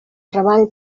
treball